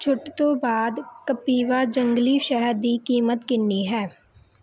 ਛੁੱਟ ਤੋਂ ਬਾਅਦ ਕਪਿਵਾ ਜੰਗਲੀ ਸ਼ਹਿਦ ਦੀ ਕੀਮਤ ਕਿੰਨੀ ਹੈ